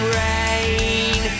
rain